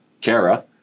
Kara